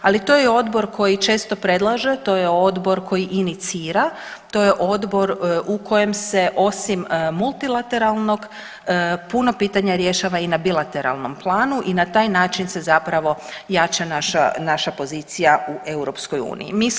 Ali to je Odbor koji često predlaže, to je Odbor koji inicira, to je Odbor u kojem se osim multilateralnog puno pitanja rješava i na bilateralnom planu i na taj način se zapravo jača naša pozicija u Europskoj uniji.